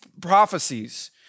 prophecies